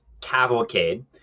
Cavalcade